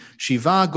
Shiva